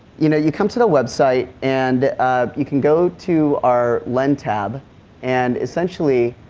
you know you come to the website and you can go to our lend tab and, essentially,